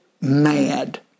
mad